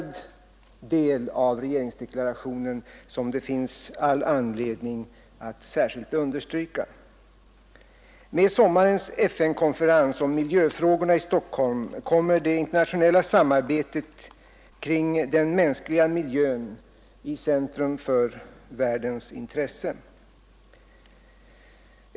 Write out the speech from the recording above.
Det finns all anledning att understryka detta. Med sommarens FN-konferens i Stockholm om miljöfrågorna kommer det internationella samarbetet kring den mänskliga miljön i centrum för världens intresse.